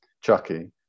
Chucky